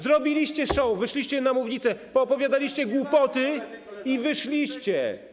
Zrobiliście show, wyszliście na mównicę, poopowiadaliście głupoty i wyszliście.